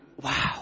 wow